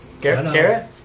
Garrett